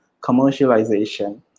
commercialization